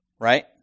Right